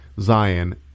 Zion